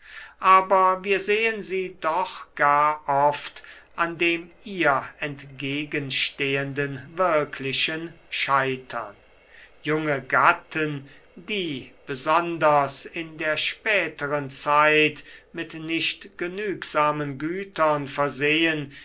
aber wir sehen sie doch gar oft an dem ihr entgegenstehenden wirklichen scheitern junge gatten die besonders in der späteren zeit mit nicht genügsamen gütern versehen